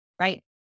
right